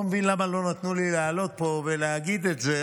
אני לא מבין למה לא נתנו לי לעלות פה ולהגיד את זה,